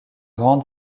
grande